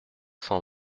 cent